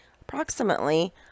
approximately